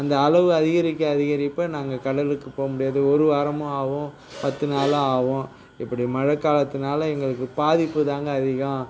அந்த அளவு அதிகரிக்க அதிகரிப்பை நாங்கள் கடலுக்கு போக முடியாது ஒரு வாரமும் ஆகும் பத்து நாளும் ஆகும் இப்படி மழை காலத்துனால் எங்களுக்கு பாதிப்புதாங்க அதிகம்